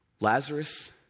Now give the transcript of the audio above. Lazarus